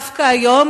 דווקא היום,